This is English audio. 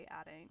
adding